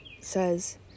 says